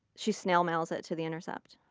she snail mails it to the intercept.